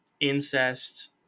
Incest